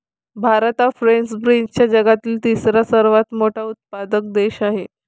भारत हा फ्रेंच बीन्सचा जगातील तिसरा सर्वात मोठा उत्पादक देश आहे